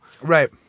right